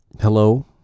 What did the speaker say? hello